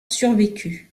survécu